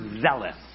zealous